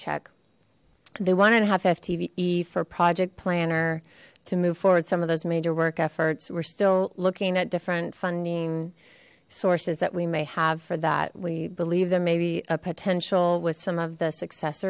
check they wanted a half f t v for project planner to move forward some of those major work efforts we're still looking at different funding sources that we may have for that we believe there may be a potential with some of the success